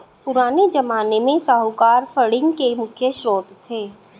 पुराने ज़माने में साहूकार फंडिंग के मुख्य श्रोत थे